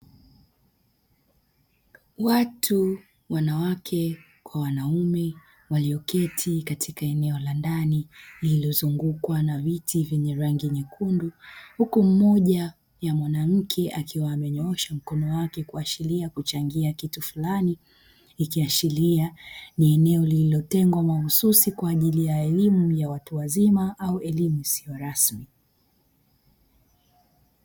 Watu wanawake na wanaume walioketi katika eneo la ndani lililozungukwa na viti vyenye rangi nyekundu, huku mmoja wa wanawake akinyoosha mkono wake kuashiria kuchangia kitu fulani, ikiashiria kuwa ni eneo lililotengwa mahususi kwa ajili ya elimu ya watu wazima au elimu isiyo rasmi.